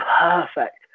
perfect